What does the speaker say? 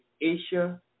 Asia